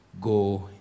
go